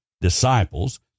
disciples